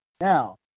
Now